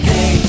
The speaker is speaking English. Hey